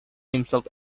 himself